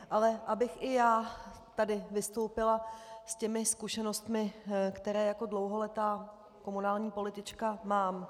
Ale abych i já tady vystoupila s těmi zkušenostmi, které jako dlouholetá komunální politička mám.